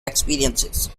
experiences